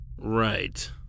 Right